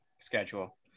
schedule